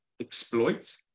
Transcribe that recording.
exploit